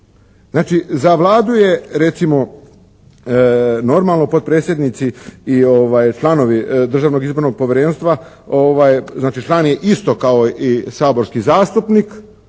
Znači za Vladu je recimo normalno potpredsjednici i članovi Državnog izbornog povjerenstva, znači član je isto kao i saborski zastupnik,